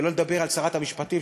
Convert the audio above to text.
שלא לדבר על שרת המשפטים,